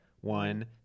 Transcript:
One